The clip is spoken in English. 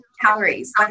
calories